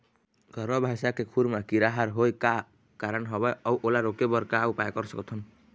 गरवा भैंसा के खुर मा कीरा हर होय का कारण हवए अऊ ओला रोके बर का उपाय कर सकथन?